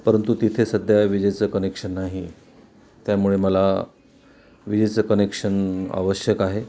परंतु तिथे सध्या विजेचं कनेक्शन नाही त्यामुळे मला विजेचं कनेक्शन आवश्यक आहे